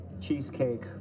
Cheesecake